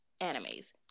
animes